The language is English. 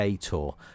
tour